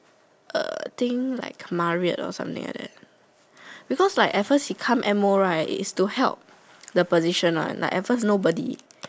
uh think like Marriott or something like that because at first like he come M O right is to help the position one like at first nobody